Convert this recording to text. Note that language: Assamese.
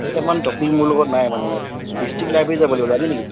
কেইটামান টপিক মোৰ লগত নাই মানে ডিষ্ট্ৰিক্ট লাইব্ৰেৰী যাব লাগিব যাবি নেকি